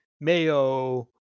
mayo